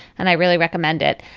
and i really recommend it.